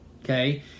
Okay